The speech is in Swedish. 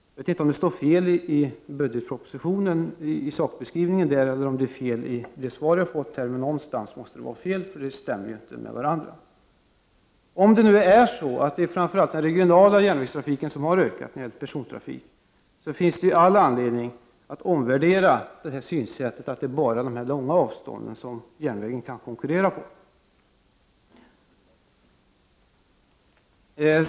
Jag vet inte som det står fel i sakbeskrivningen i budgetpropositionen eller om det är fel i det svar som jag här fått. Men någonstans måste det vara fel eftersom detta inte stämmer överens. Om det nu är så att det är framför allt den regionala persontransporten på järnväg som har ökat, finns det all anledning att omvärdera synsättet att det bara är på de långa avstånden som järnvägen kan konkurrera.